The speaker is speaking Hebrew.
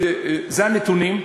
אלה הנתונים,